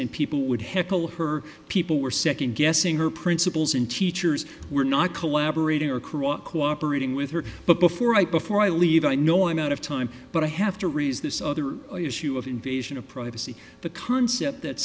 and people would heckle her people were second guessing her principals and teachers were not collaborating or corrupt cooperating with her but before i perform i leave i know i am out of time but i have to resist other issue of invasion of privacy the concept that